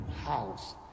house